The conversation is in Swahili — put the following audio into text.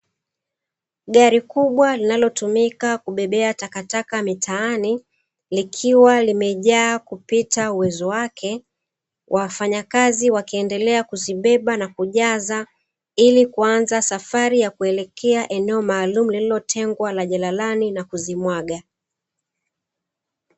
Gari kubwa linalotumika kubebea takataka mitaani likiwa limejaa kupita uwezo wake, wafanyakazi wakiendelea kuzibeba na kuzijaza ili kuanza safari ya kuelekea, eneo maalumu lililotengwa la jalalani na kuzimwaga.